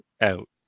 out